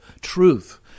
truth